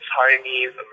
Chinese